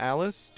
Alice